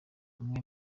amwe